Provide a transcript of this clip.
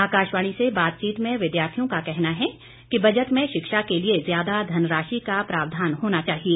आकाशवाणी से बातचीत में विद्यार्थियों का कहना है कि बजट में शिक्षा के लिए ज्यादा धनराशि का प्रावधान होना चाहिए